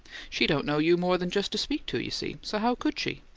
she don't know you more than just to speak to, you see. so how could she?